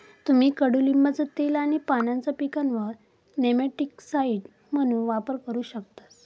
तुम्ही कडुलिंबाचा तेल आणि पानांचा पिकांवर नेमॅटिकसाइड म्हणून वापर करू शकतास